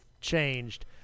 changed